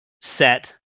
set